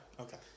Okay